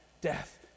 death